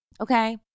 Okay